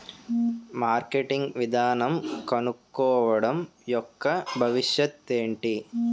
Marketing విధానం కనుక్కోవడం యెక్క భవిష్యత్ ఏంటి?